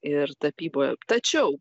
ir tapyboje tačiau